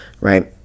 right